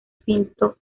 pinto